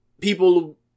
people